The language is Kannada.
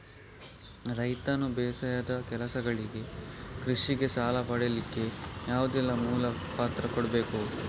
ರೈತನು ಬೇಸಾಯದ ಕೆಲಸಗಳಿಗೆ, ಕೃಷಿಗೆ ಸಾಲ ಪಡಿಲಿಕ್ಕೆ ಯಾವುದೆಲ್ಲ ಮೂಲ ಪತ್ರ ಕೊಡ್ಬೇಕು?